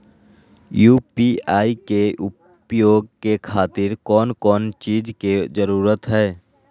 UPI के उपयोग के खातिर कौन कौन चीज के जरूरत है?